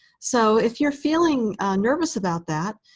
so if you're feeling nervous about that,